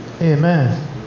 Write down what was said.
amen